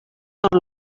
tot